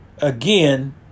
Again